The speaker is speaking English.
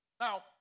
Now